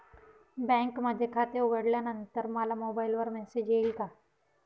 बँकेमध्ये खाते उघडल्यानंतर मला मोबाईलवर मेसेज येईल का?